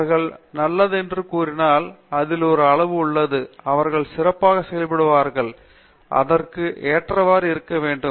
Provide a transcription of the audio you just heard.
அவர்கள் நல்லது என்று கூறினால் அதில் ஒரு அளவு உள்ளது அவர்கள் சிறப்பாக செயல்படுவார்களானால் அதற்கு ஏற்றவாறு இருக்க வேண்டும்